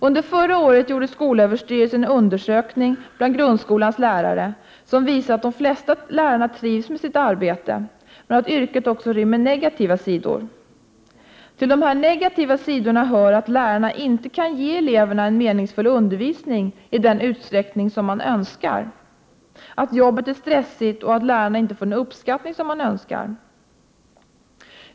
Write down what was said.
Under förra året gjorde skolöverstyrelsen en undersökning bland grundskolans lärare som visade att de flesta lärare trivs med sitt arbete, men att yrket också rymmer negativa sidor. Till dessa negativa sidor hör att lärarna inte kan ge eleverna en meningsfull undervisning i den utsträckning som man önskar, att jobbet är stressigt och att lärarna inte får den uppskattning som man önskar.